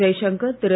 Jaishankar Thiru